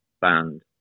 band